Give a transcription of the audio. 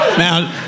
Now